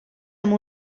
amb